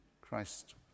Christ